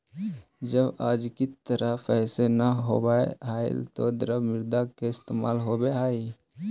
जब आज की तरह पैसे न होवअ हलइ तब द्रव्य मुद्रा का इस्तेमाल होवअ हई